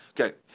Okay